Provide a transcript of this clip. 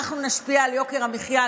אנחנו נשפיע על יוקר המחיה,